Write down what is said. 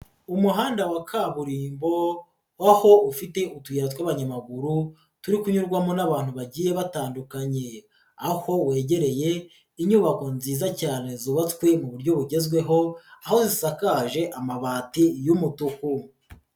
Umuhanda wa kaburimbo aho ufite utuyi t twa'abanyamaguru turi kunyurwamo n'abantu bagiye batandukanye, aho wegereye inyubako nziza cyane zubatswe mu buryo bugezweho aho zisakaje amabati y'umutuku.